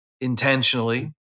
intentionally